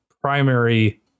primary